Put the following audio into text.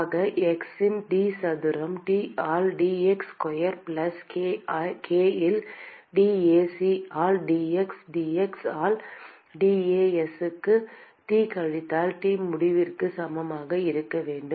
ஆக x இன் d சதுரம் T ஆல் dx ஸ்கொயர் பிளஸ் k ல் dAc ஆல் dx d x ஆல் dAs க்கு T கழித்தல் T முடிவிலிக்கு சமமாக இருக்க வேண்டும்